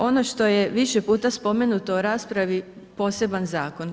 Ono što je više puta spomenuto u raspravi, poseban zakon.